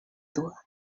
duda